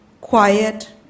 quiet